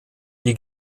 die